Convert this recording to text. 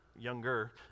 younger